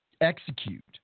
execute